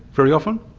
very often,